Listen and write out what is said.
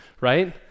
right